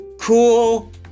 cool